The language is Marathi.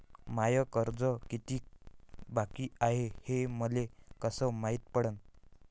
माय कर्ज कितीक बाकी हाय, हे मले कस मायती पडन?